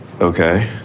Okay